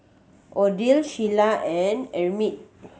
Odile Sheila and Emit